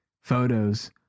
photos